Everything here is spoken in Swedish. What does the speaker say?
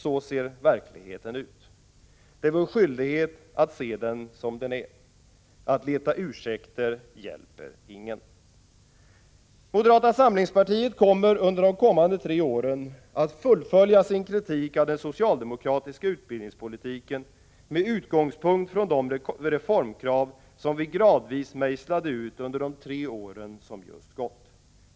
Så ser verkligheten ut. Det är vår skyldighet att se den som den är. Att leta ursäkter hjälper ingen. Moderata samlingspartiet kommer under de kommande tre åren att fullfölja sin kritik av den socialdemokratiska utbildningspolitiken med utgångspunkt i de reformkrav som vi gradvis mejslade ut under de tre år som just gått.